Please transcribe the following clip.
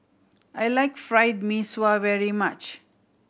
I like Fried Mee Sua very much